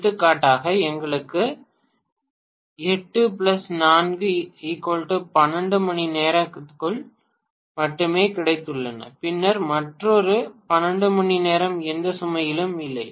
எடுத்துக்காட்டாக எங்களுக்கு 8 4 12 மணிநேரங்கள் மட்டுமே கிடைத்துள்ளன பின்னர் மற்றொரு 12 மணிநேரம் எந்த சுமையிலும் இல்லை